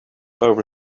over